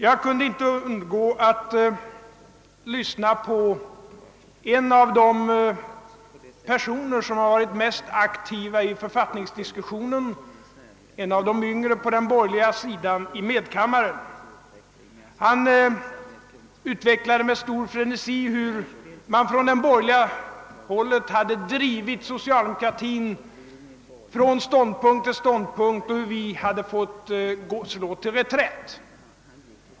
Jag kunde inte undgå att lyssna till en av de yngre på den borgerliga sidan som i medkammaren varit bland de mest aktiva i författningsdiskussionen. Han utvecklade med stor frenesi hur man från borgerligt håll drivit socialdemokratin från ståndpunkt till ståndpunkt och hur vi hade fått slå till reträtt.